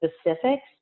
specifics